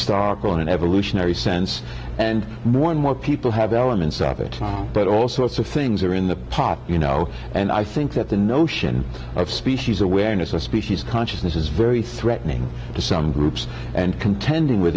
an evolutionary sense and more and more people have elements of it but also so things are in the pot you know and i think that the notion of species awareness of species consciousness is very threatening to some groups and contending with